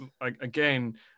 again